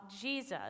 Jesus